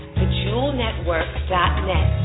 thejewelnetwork.net